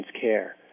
care